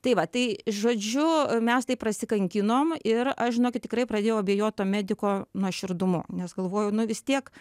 tai va tai žodžiu mes taip prasikankinom ir aš žinokit tikrai pradėjau abejot to mediko nuoširdumu nes galvoju nu vis tiek